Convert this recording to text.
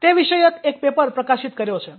તે વિષયક એક પેપર પ્રકાશિત કર્યો છે